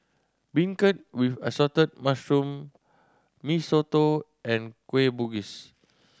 beancurd with assorted mushroom Mee Soto and Kueh Bugis